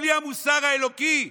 בלי המוסר האלוקי?